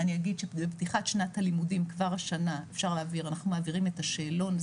אגיד שבפתיחת שנת הלימודים כבר השנה אנחנו מעבירים את השאלון.